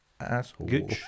asshole